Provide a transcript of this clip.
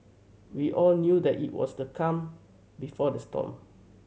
we all knew that it was the calm before the storm